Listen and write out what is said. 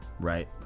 right